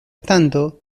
tanto